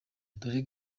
dore